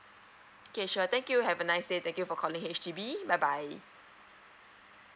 okay sure thank you have a nice day thank you for calling H_D_B bye bye